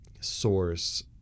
source